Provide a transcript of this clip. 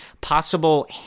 Possible